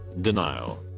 denial